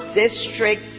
district